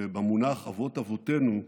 שבמונח "אבות אבותינו"